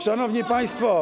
Szanowni Państwo!